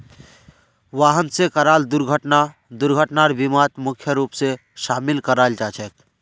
वाहन स कराल दुर्घटना दुर्घटनार बीमात मुख्य रूप स शामिल कराल जा छेक